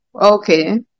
okay